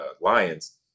Lions